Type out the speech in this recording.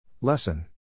Lesson